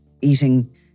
eating